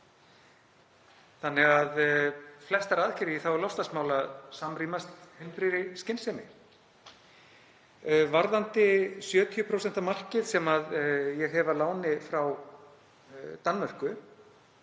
þannig að flestar aðgerðir í þágu loftslagsmála samrýmast heilbrigðri skynsemi. Varðandi 70% markið sem ég hef að láni frá Danmörku: